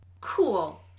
cool